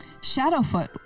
Shadowfoot